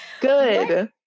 Good